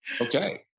Okay